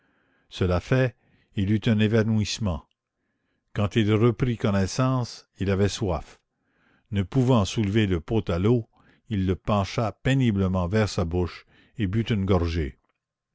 cela fait il eut un évanouissement quand il reprit connaissance il avait soif ne pouvant soulever le pot à l'eau il le pencha péniblement vers sa bouche et but une gorgée